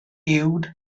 uwd